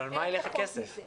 על מה ילך הכסף